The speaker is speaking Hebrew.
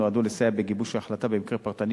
נועדה לסייע בגיבוש ההחלטה במקרה פרטני